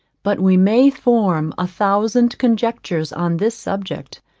but we may form a thousand conjectures on this subject,